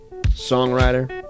songwriter